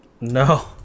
no